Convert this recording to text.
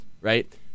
right